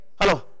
Hello